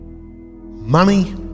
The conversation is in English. money